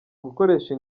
gukoresha